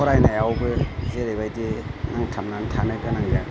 फरायनायाव जेरैबायदि नांथाबनानै थानो गोनां जायो